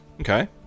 Okay